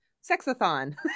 sex-a-thon